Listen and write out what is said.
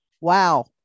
wow